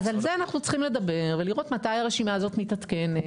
אז על זה אנחנו צריכים לדבר ולראות מתי הרשימה הזאת מתעדכנת,